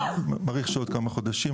אבל אני מעריך שעוד כמה חודשים,